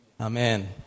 Amen